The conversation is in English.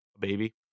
baby